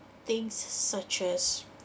things such as